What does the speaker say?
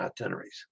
itineraries